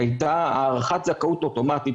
הייתה הארכת זכאות אוטומטית.